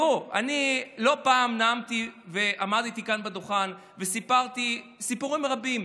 אני לא פעם נאמתי ועמדתי כאן על הדוכן וסיפרתי סיפורים רבים.